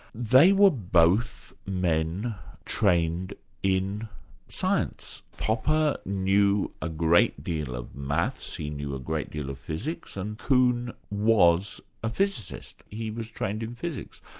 they were both men trained in science. popper knew a great deal of maths, he knew a great deal of physics, and coomb was a physicist, he was trained in physics.